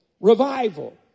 Revival